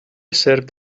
served